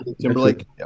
Timberlake